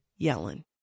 Yellen